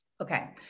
Okay